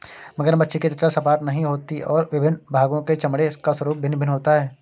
मगरमच्छ की त्वचा सपाट नहीं होती और विभिन्न भागों के चमड़े का स्वरूप भिन्न भिन्न होता है